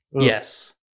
Yes